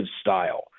style